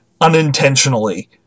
unintentionally